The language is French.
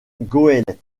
goélette